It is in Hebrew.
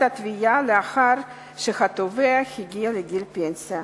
התביעה לאחר שהתובע הגיע לגיל הפנסיה.